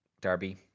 Darby